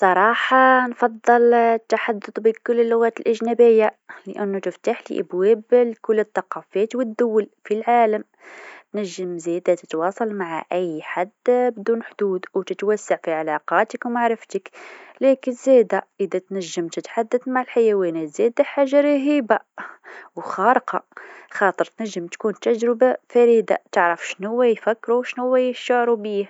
بصراحه نفضل التحدث بكل اللغات الأجنبيه لأنو تفتحلي أبواب لكل الثقافات و الدول في العالم، تنجم زادا تتواصل مع أي حد بدون حدود و تتوسع في علاقاتك و معرفتك، لكن زاده إذا تنجم تتحدث ما خير وهذي زاده حاجه رهيبه وخارقه خاطر تنجم تكون تجربه فريده وتعرف شنوا يفكرو و شنو يشعرو بيه.